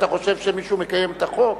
אתה חושב שמישהו מקיים את החוק?